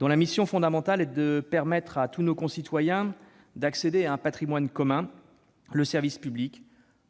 Leur mission fondamentale est de permettre à tous nos concitoyens d'accéder à un patrimoine commun, le service public,